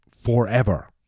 forever